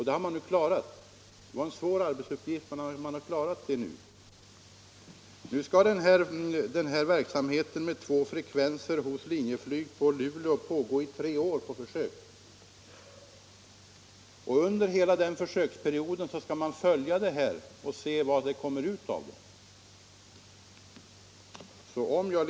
Det var en svår arbetsuppgift, men man har nu klarat den. Nu skall Linjeflygs verksamhet med två sekvenser på Luleå pågå i tre år på försök. Under denna försöksperiod skall man följa verksamheten och se vad som kom = Nr 63 mer ut av den.